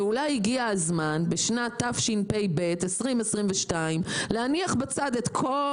ואולי הגיע הזמן בשנת תשפ"ב 2022 להניח בצד את כל